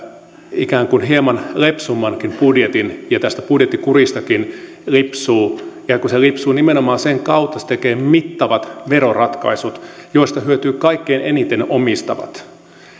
ikään kuin hieman lepsummankin budjetin ja tästä budjettikuristakin lipsuu ja kun se lipsuu nimenomaan sen kautta että se tekee mittavat veroratkaisut joista hyötyvät kaikkein eniten omistavat